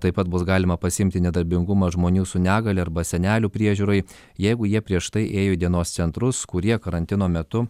taip pat bus galima pasiimti nedarbingumą žmonių su negalia arba senelių priežiūrai jeigu jie prieš tai ėjo į dienos centrus kurie karantino metu